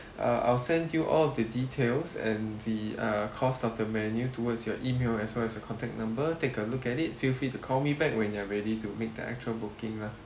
uh I'll send you all the details and the uh cost of the menu towards your email as well as your contact number take a look at it feel free to call me back when you are ready to make the actual booking lah